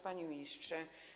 Panie Ministrze!